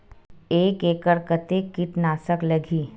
एक एकड़ कतेक किट नाशक लगही?